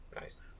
Nice